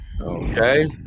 Okay